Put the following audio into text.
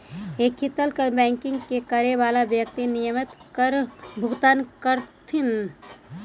ethical banking करे वाला व्यक्ति नियमित कर के भुगतान करऽ हथिन